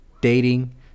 dating